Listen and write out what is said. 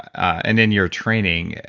and in your training,